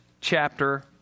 chapter